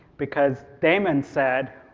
because damon said,